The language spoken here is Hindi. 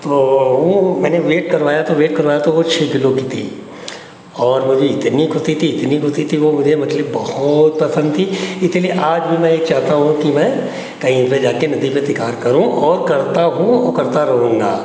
तो मैंने वेट करवाया तो वेट करवाया तो वह छह किलो की थी और मुझे इतनी ख़ुशी थी इतनी ख़ुशी थी वह मुझे मछली बहुत पसन्द थी इसीलिए आज भी मैं यह चाहता हूँ कि मैं कहीं पर जाकर नदी पर शिकार करूँ और करता हूँ और करता रहूँगा